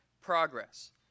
progress